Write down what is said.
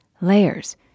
Layers